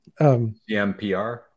CMPR